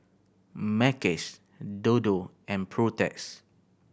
Mackays Dodo and Protex